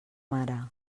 mare